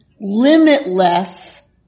limitless